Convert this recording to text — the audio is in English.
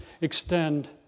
extend